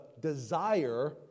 desire